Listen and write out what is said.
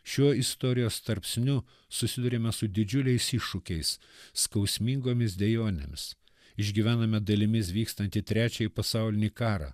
šiuo istorijos tarpsniu susiduriame su didžiuliais iššūkiais skausmingomis dejonėmis išgyvename dalimis vykstantį trečiąjį pasaulinį karą